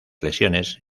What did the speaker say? lesiones